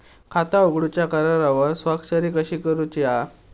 खाता उघडूच्या करारावर स्वाक्षरी कशी करूची हा?